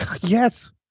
yes